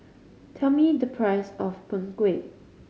tell me the price of Png Kueh